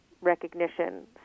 recognition